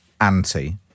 anti